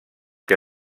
que